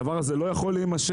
הדבר הזה לא יכול להימשך,